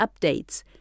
updates